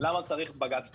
למה צריך בג"ץ בכלל?